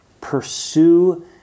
Pursue